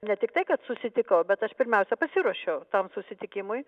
ne tiktai kad susitikau bet aš pirmiausia pasiruošiau tam susitikimui